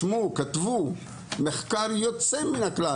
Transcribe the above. כתבו מחקר יוצא מן הכלל,